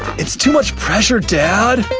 it's too much pressure, dad!